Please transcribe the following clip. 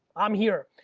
i'm here,